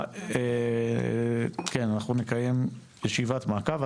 אנחנו נקיים ישיבת מעקב.